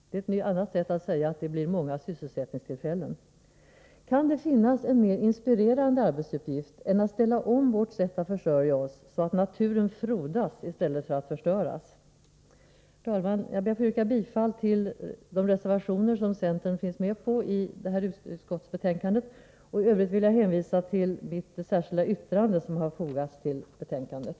Det är ett annat sätt att säga att det blir många sysselsättningstillfällen. Kan det finnas en mer inspirerande arbetsuppgift än att ställa om vårt sätt att försörja oss så att naturen frodas i stället för att förstöras? Herr talman! Jag ber att få yrka bifall till de reservationer som centern finns med på i detta utskottsbetänkande, och i övrigt vill jag hänvisa till mitt särskilda yttrande som fogats till betänkandet.